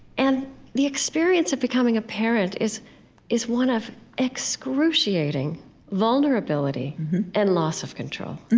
and the experience of becoming a parent is is one of excruciating vulnerability and loss of control and